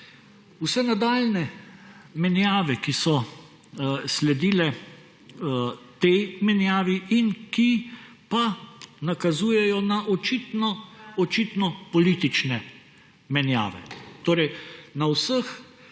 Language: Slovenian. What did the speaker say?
vse nadaljnje menjave, ki so sledile tej menjavi in ki pa nakazujejo na očitno politične menjave.